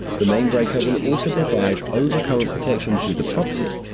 the main breaker will also provide over current protection to the property.